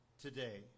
today